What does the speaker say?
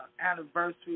anniversary